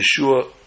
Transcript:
Yeshua